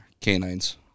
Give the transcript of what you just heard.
Canines